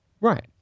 Right